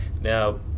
now